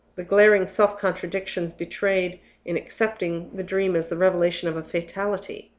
the glaring self-contradictions betrayed in accepting the dream as the revelation of a fatality,